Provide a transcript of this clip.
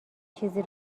چیزی